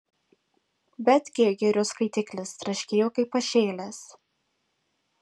bet geigerio skaitiklis traškėjo kaip pašėlęs